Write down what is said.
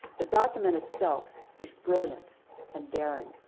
the document itself is brilliant and daring.